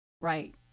Right